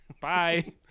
Bye